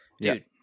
dude